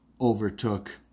overtook